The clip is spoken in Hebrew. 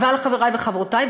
אבל חברי וחברותי,